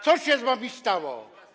Co się z wami stało?